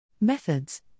Methods